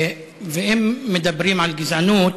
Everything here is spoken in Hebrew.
ואם מדברים על גזענות,